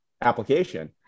application